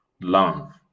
love